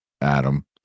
adam